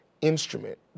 instrument